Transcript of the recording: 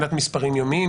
מבחינת מספרים יומיים,